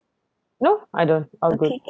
no I don't I'm good